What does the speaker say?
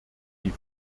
die